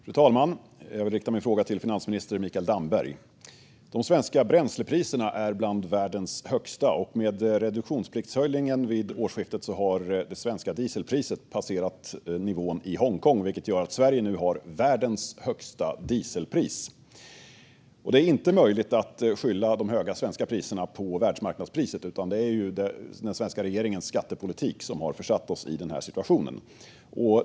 Fru talman! Jag vill rikta min fråga till finansminister Mikael Damberg. De svenska bränslepriserna är bland världens högsta. Med reduktionspliktshöjningen vid årsskiftet har det svenska dieselpriset passerat nivån i Hongkong, vilket gör att Sverige nu har världens högsta dieselpris. Det är inte möjligt att skylla de höga svenska priserna på världsmarknadspriset. Det är den svenska regeringens skattepolitik som har försatt oss i den här situationen.